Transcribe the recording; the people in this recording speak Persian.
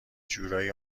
جورایی